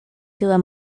dua